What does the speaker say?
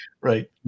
right